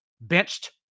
benched